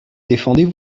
défendez